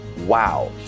wow